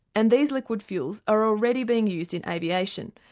and these liquid fuels are already being used in aviation,